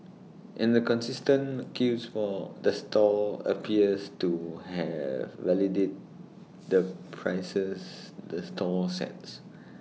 and the consistent queues for the stall appears to have validate the prices the stall sets